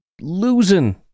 losing